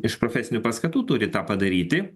iš profesinių paskatų turi tą padaryti